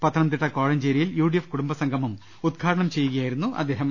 പത്തനംതിട്ട കോഴഞ്ചേരിയിൽ യുഡിഎഫ് കുടുംബസംഗമം ഉദ്ഘാടനം ചെയ്യുകയായിരുന്നു അദ്ദേഹം